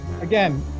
again